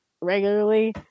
regularly